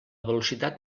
velocitat